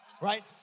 right